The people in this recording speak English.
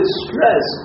stress